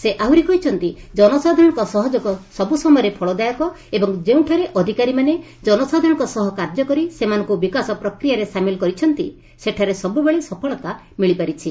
ସେ ଆହୁରି କହିଛନ୍ତି ଜନସାଧାରଣଙ୍କ ସହଯୋଗ ସବୁ ସମୟରେ ଫଳଦାୟକ ଏବଂ ଯେଉଁଠାରେ ଅଧିକାରୀମାନେ ଜନସାଧାରଣଙ୍କ ସହ କାର୍ଯ୍ୟକରି ସେମାନଙ୍କୁ ବିକାଶ ପ୍ରକ୍ରିୟାରେ ସାମିଲ୍ କରିଛନ୍ତି ସେଠାରେ ସବୁବେଳେ ସଫଳତା ମିଳିପାରିଛି